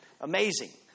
Amazing